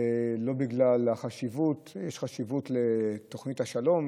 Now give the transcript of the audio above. לא בגלל החשיבות, יש חשיבות לתוכנית השלום